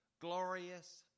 Glorious